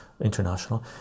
international